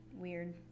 weird